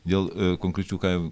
dėl konkrečių ką